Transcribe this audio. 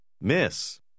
Miss